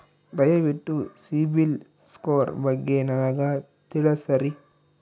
ದಯವಿಟ್ಟು ಸಿಬಿಲ್ ಸ್ಕೋರ್ ಬಗ್ಗೆ ನನಗ ತಿಳಸರಿ?